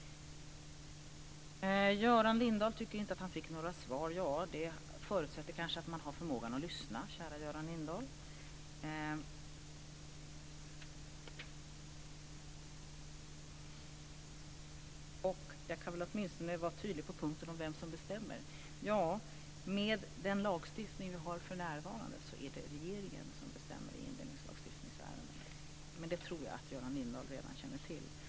Göran Lindblad tyckte inte att han fick några svar. Det förutsätter kanske att man har förmågan att lyssna, kära Göran Lindblad. Jag kan åtminstone vara tydlig på punkten vem som bestämmer. Ja, med den lagstiftning som vi har för närvarande är det regeringen som bestämmer i indelningslagstiftningsärendena. Men jag tror att Göran Lindblad redan känner till det.